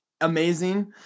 amazing